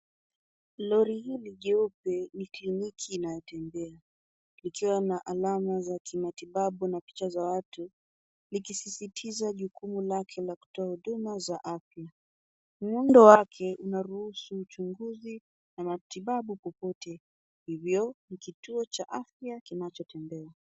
Lori hili jeupe ni kliniki inayotembea likiwa na alama za kimatibabu na picha za watu likisisitiza jukumu lake la kutoa huduma za afya. Muundo wake unaruhusu uchunguzi na matibabu popote hivyo ni kituo cha afya kinachotembea.